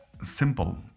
simple